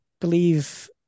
believe